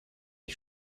ich